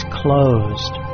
closed